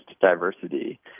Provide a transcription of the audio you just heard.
diversity